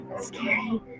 scary